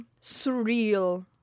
surreal